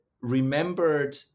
remembered